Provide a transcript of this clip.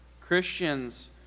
Christians